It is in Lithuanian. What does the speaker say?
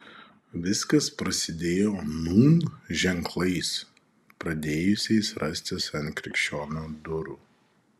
viskas prasidėjo nūn ženklais pradėjusiais rastis ant krikščionių durų